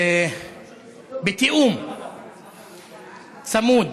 זה בתיאום צמוד